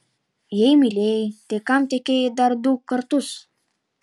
jei mylėjai tai kam tekėjai dar du kartus